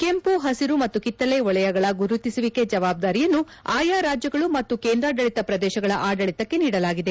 ಕೆಂಪು ಹಸಿರು ಮತ್ತು ಕಿತಳೆ ವಲಯಗಳ ಗುರುತಿಸುವಿಕೆ ಜವಾಬ್ದಾರಿಯನ್ತು ಆಯಾ ರಾಜ್ಯಗಳು ಮತ್ತು ಕೇಂದ್ರಾಡಳಿತ ಪ್ರದೇಶಗಳ ಆಡಳಿತಕ್ಕೆ ನೀಡಲಾಗಿದೆ